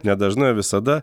ne dažnai o visada